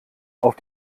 auf